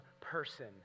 person